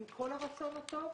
עם כל הרצון הטוב,